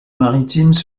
maritimes